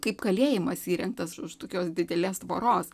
kaip kalėjimas įrengtas už tokios didelės tvoros